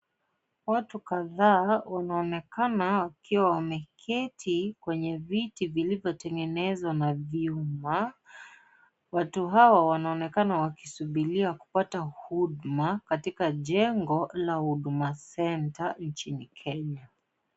Watu kadhaa wanaonekana wakiwa wameketi kwenye viti vilivyotengenezwa na vyuma. Watu hawa, wanaonekana wakisubiria kupata huduma katika jengo la Huduma Centre nchini Kenya.